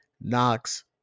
Knox